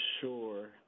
sure